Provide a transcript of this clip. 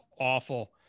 awful